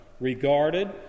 regarded